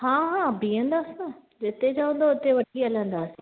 हा हा बीहंदासीं न जिते चवन्दव हुते वठी हलंदासीं